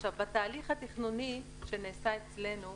בתהליך התכנוני שנעשה אצלנו,